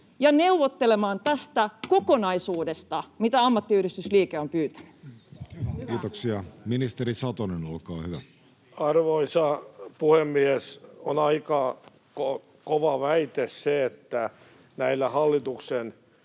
ja neuvotella tästä kokonaisuudesta, mitä ammattiyhdistysliike on pyytänyt? Kiitoksia.— Ministeri Satonen, olkaa hyvä. Arvoisa puhemies! On aika kova väite, että näillä hallituksen